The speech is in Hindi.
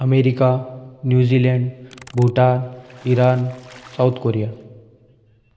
America New Zealand Bhutan Iran South Korea